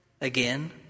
Again